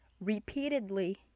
repeatedly